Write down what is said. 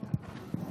כן.